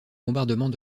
bombardements